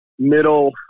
middle